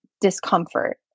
discomfort